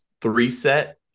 three-set